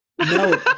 No